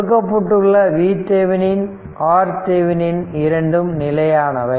கொடுக்கப்பட்டுள்ள VThevenin RThevenin இரண்டும் நிலையானவை